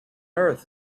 earth